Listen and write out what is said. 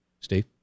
Steve